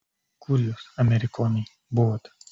kur jūs amerikonai buvot